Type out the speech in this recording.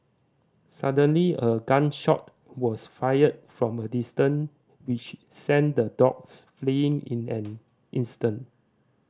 suddenly a gun shot was fired from a distance which sent the dogs fleeing in an instant